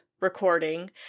recording